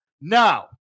Now